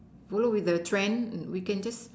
follow with the trend we can just